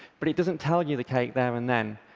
but it doesn't tell you the cake there and then.